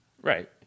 Right